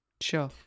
Sure